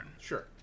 Sure